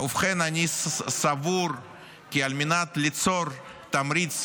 ובכן, אני סבור כי על מנת ליצור תמריץ